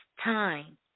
time